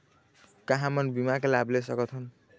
का हमन बीमा के लाभ ले सकथन?